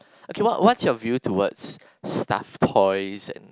okay what what's your view towards stuffed toys and